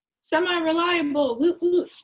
Semi-reliable